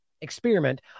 experiment